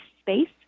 space